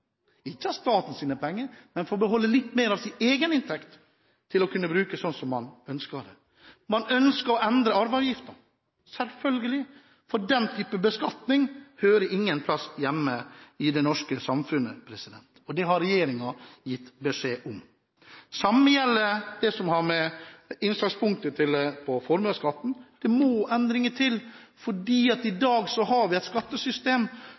ikke av statens penger, men beholde litt mer av sin egen inntekt til å bruke slik som man ønsker. Man ønsker å endre arveavgiften – selvfølgelig – for den type beskatning hører ingen steds hjemme i det norske samfunnet, og det har regjeringen gitt beskjed om. Det samme gjelder innslagspunktet i formuesskatten. Det må endringer til, for i dag har vi et skattesystem